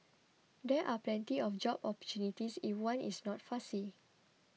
there are plenty of job opportunities if one is not fussy